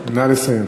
נא לסיים.